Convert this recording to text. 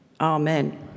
Amen